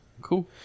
Cool